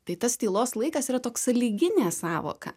tai tas tylos laikas yra toks sąlyginė sąvoka